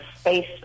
space